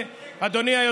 אין 22 חולים.